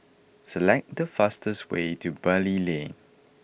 select the fastest way to Bali Lane